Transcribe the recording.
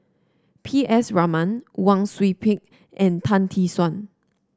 P S Raman Wang Sui Pick and Tan Tee Suan